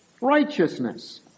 Righteousness